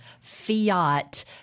Fiat